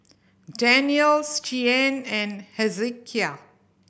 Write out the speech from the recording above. Danyels Shianne and Hezekiah